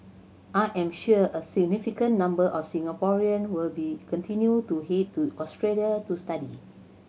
I am sure a significant number of Singaporean will be continue to head to Australia to study